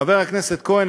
חבר הכנסת כהן,